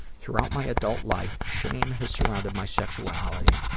throughout my adult life, shame has surrounded my sexuality,